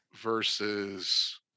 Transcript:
versus